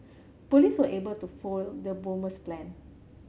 police were able to foil the bomber's plan